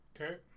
Okay